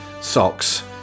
socks